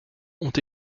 ont